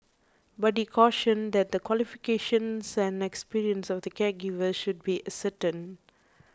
but he cautioned that the qualifications and experience of the caregivers should be ascertained